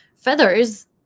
Feathers